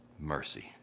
mercy